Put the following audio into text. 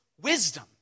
wisdom